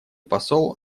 посол